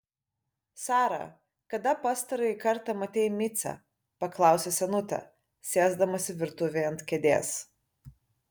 sara kada pastarąjį kartą matei micę paklausė senutė sėsdamasi virtuvėje ant kėdės